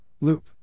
loop